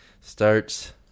starts